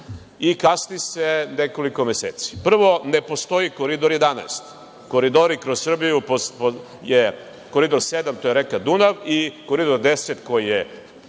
i kasni se nekoliko meseci. Prvo, ne postoji Koridor 11. Koridori kroz Srbiju je Koridor 7, to je reka Dunav i Koridor 10, koji je